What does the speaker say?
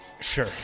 Sure